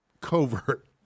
covert